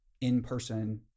in-person